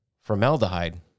formaldehyde